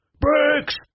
Bricks